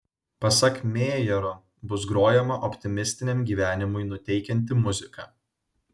pasak mejero bus grojama optimistiniam gyvenimui nuteikianti muzika